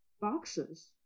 boxes